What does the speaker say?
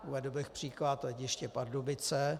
Uvedl bych příklad letiště Pardubice.